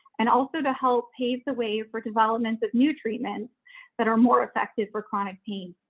and also to help pave the way for development of new treatments that are more effective for chronic pain.